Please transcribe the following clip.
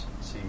see